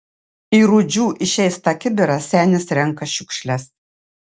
į rūdžių išėstą kibirą senis renka šiukšles